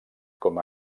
com